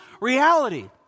reality